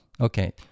okay